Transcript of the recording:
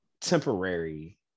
temporary